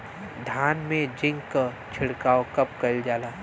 धान में जिंक क छिड़काव कब कइल जाला?